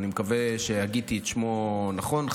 אני מקווה שהגיתי את שמו נכון,